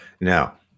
now